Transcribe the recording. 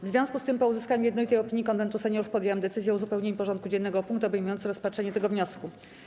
W związku z tym, po uzyskaniu jednolitej opinii Konwentu Seniorów, podjęłam decyzję o uzupełnieniu porządku dziennego o punkty obejmujące rozpatrzenie tego wniosku.